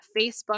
Facebook